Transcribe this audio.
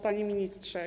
Panie Ministrze!